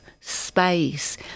space